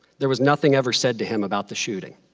there was nothing ever said to him about the shooting.